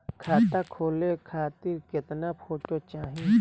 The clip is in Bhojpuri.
खाता खोले खातिर केतना फोटो चाहीं?